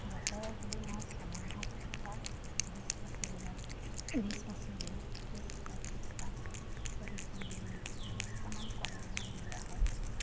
বছৰেক বুলি নহয় ছমাহত বা বিছ পঁচিছ দিনত বিছ পঁচিছ দিনত ত্ৰিছ পঁইত্ৰিছটা যদি বিছটামান কণী উমনি দিয়া হয় তেতিয়া